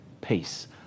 peace